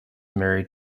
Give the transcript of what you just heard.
married